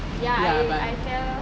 ya I I fell